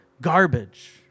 garbage